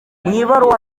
ibaruwa